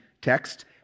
text